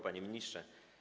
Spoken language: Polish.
Panie Ministrze!